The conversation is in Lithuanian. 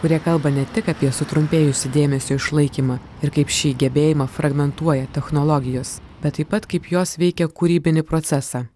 kurie kalba ne tik apie sutrumpėjusį dėmesio išlaikymą ir kaip šį gebėjimą fragmentuoja technologijos bet taip pat kaip jos veikia kūrybinį procesą